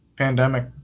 pandemic